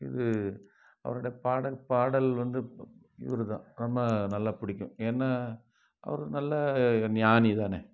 இது அவருடைய பாடல் பாடல் வந்து இவர் தான் ரொம்ப நல்லா பிடிக்கும் ஏன்னால் அவர் நல்ல ஞானி தானே